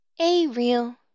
A-Real